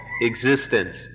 existence